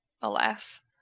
alas